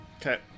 Okay